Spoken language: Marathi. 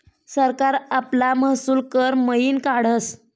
सरकार आपला महसूल कर मयीन काढस